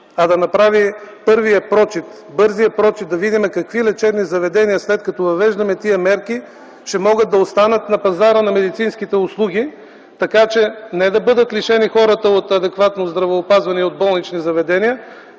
а да направи първия прочит. Първият прочит, за да видим какви лечебни заведения, след като въвеждаме тези мерки, ще могат да останат на пазара на медицинските услуги, така че не да бъдат лишени хората от адекватно здравеопазване и от болнични заведения,